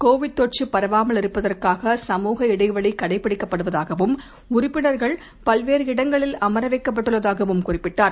Covid தொற்று பரவாமலிருப்பதற்காக சமுக இடைவெளி கடைபிடிக்கப்படுவதாகவும் உறுப்பினர்கள் பல்வேறு இடங்களில் அமரவைக்கப்பட்டுள்ளதாகவும் குறிப்பிட்டார்